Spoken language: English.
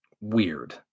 weird